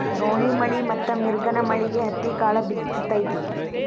ರೋಣಿಮಳಿ ಮತ್ತ ಮಿರ್ಗನಮಳಿಗೆ ಹತ್ತಿಕಾಳ ಬಿತ್ತು ತತಿ